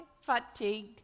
fatigue